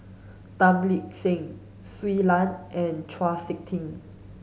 Tan Lip Seng Shui Lan and Chau Sik Ting